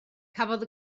cafodd